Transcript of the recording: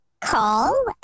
call